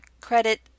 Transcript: credit